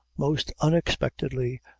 most unexpectedly,